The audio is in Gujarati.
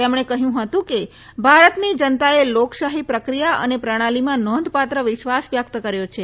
તેમણે કહ્યું હતું કે ભારતની જનતાએ લોકશાહી પ્રક્રિયા અને પ્રણાલીમાં નોંધપાત્ર વિશ્વાસ વ્યક્ત કર્યો છે